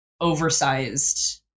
oversized